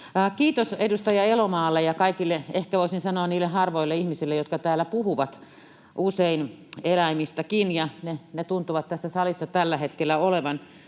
Kiitos edustaja Elomaalle ja kaikille, ehkä voisin sanoa niille harvoille, ihmisille, jotka täällä puhuvat usein eläimistäkin, ja he tuntuvat tässä salissa tällä hetkellä olevan.